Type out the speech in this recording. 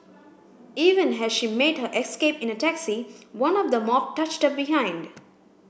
even as she made her escape in a taxi one of the mob touched her behind